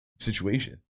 situation